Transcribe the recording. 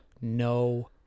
no